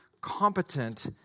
competent